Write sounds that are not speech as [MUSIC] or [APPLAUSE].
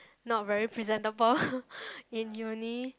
not very presentable [LAUGHS] in uni